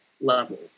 Level